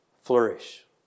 flourish